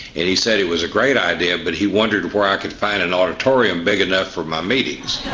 and he said it was a great idea but he wondered where i could find an auditorium big enough for my meetings!